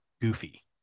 goofy